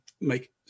make